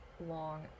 long